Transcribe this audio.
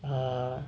err